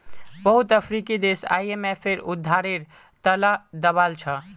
बहुत अफ्रीकी देश आईएमएफेर उधारेर त ल दबाल छ